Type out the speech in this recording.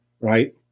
right